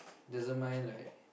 doesn't mind lah